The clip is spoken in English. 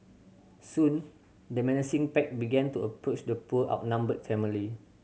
soon the menacing pack began to approach the poor outnumbered family